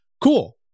cool